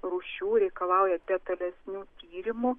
rūšių reikalauja detalesnių tyrimų